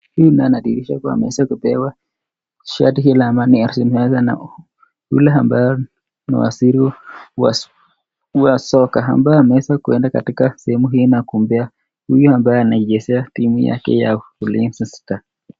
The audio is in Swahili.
Huyu anadhihirisha kuwa ameweza kupewa shati hilo ambalo ni sambamba na yule ambaye ni waziri wa soka ambaye ameweza kuenda katika sehemu hii na kumpea yule ambaye anachezea timu yake ya ulizi stars.